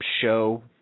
show